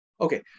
Okay